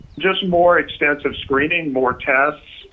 just more extensive screening, more tests.